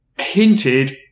hinted